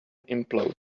implode